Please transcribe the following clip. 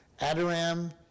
Adoram